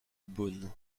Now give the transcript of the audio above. beaune